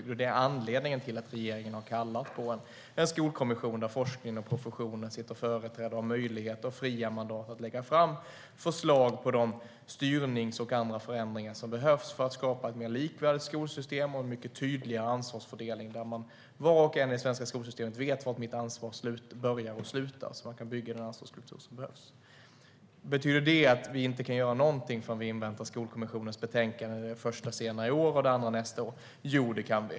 Det är anledningen till att regeringen har kallat på en skolkommission där forskningen och professionen sitter företrädda och har möjlighet och fria mandat att lägga fram förslag på de styrningsförändringar och andra förändringar som behövs för att skapa ett mer likvärdigt skolsystem och en mycket tydligare ansvarsfördelning. När alla i det svenska skolsystemet vet var deras ansvar börjar och slutar kan man bygga den ansvarskultur som behövs. Kan vi därmed inte göra någonting förrän vi inväntat Skolkommissionens betänkanden? Det första kommer senare i år, det andra nästa år. Jo, det kan vi!